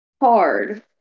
hard